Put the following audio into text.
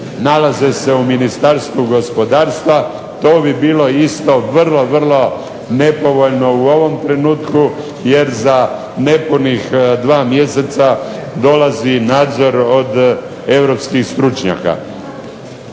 Nalaze se u Ministarstvu gospodarstva. To bi bilo isto vrlo, vrlo nepovoljno u ovom trenutku jer za nepunih 2 mjeseca dolazi nadzor od europskih stručnjaka.